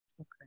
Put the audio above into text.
Okay